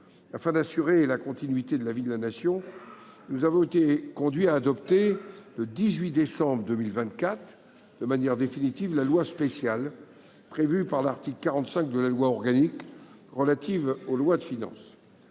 Afin d’assurer la continuité de la vie de la Nation, nous avons été conduits à adopter définitivement, le 18 décembre 2024, le projet de loi spéciale prévue par l’article 45 de la loi organique relative aux lois de finances